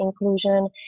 inclusion